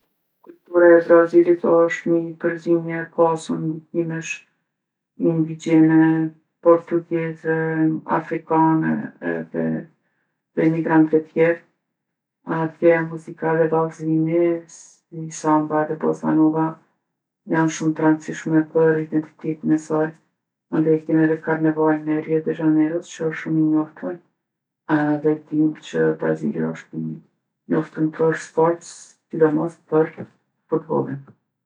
Kultura e Brazilit osh ni përzimje e pasun ndikimesh indigjene, portugeze, afrikane edhe prej imigrantve tjerë. Atje muzika dhe vallzimi, si samba dhe bosa nova, janë shumë t'randsishme për identitetin e saj. Mandej kena edhe karnevalin e Rio de Zhaneros që osht shumë i njoftun edhe dimë që Brazili osht i njoftun për sport, sidomos për futbollin.